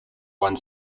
one